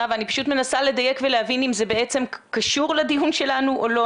אני פשוט מנסה לדייק ולהבין אם זה בעצם קשור לדיון שלנו או לא,